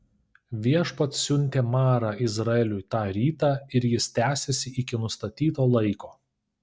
viešpats siuntė marą izraeliui tą rytą ir jis tęsėsi iki nustatyto laiko